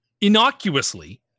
Innocuously